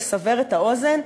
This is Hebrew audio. לסבר את האוזן,